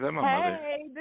Hey